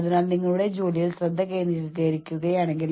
അടുത്തത് ജോലിസ്ഥലത്തെ വൈകാരിക ആവശ്യങ്ങളാണ്